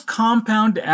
compound